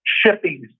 shipping